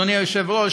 אדוני היושב-ראש,